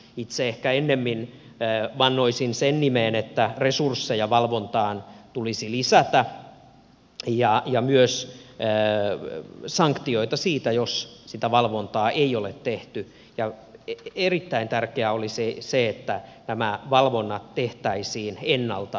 itse ehkä ennemmin vannoisin sen nimeen että resursseja valvontaan tulisi lisätä ja myös sanktioita siitä jos sitä valvontaa ei ole tehty ja erittäin tärkeää olisi se että nämä valvonnat tehtäisiin ennalta ilmoittamatta